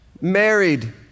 married